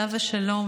עליו השלום,